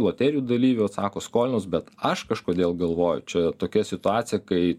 loterijų dalyvių atsako skolinos bet aš kažkodėl galvoju čia tokia situacija kai